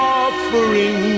offering